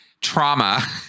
trauma